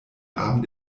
abend